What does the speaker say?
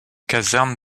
caserne